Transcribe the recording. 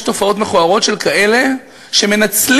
יש תופעות מכוערות של כאלה שמנצלים